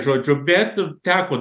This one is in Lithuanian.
žodžiu bet teko